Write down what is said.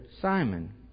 Simon